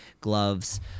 gloves